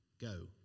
Go